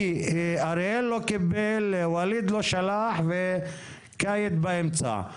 כי אריאל לא קיבל, ווליד לא שלח וכאיד באמצע.